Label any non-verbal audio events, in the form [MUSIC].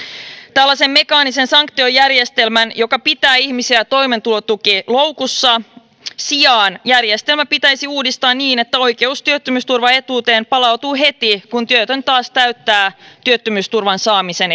tällaisen mekaanisen sanktiojärjestelmän joka pitää ihmisiä toimeentulotukiloukussa sijaan järjestelmä pitäisi uudistaa niin että oikeus työttömyysturvaetuuteen palautuu heti kun työtön taas täyttää työttömyysturvan saamisen [UNINTELLIGIBLE]